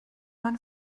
man